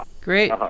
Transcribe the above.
Great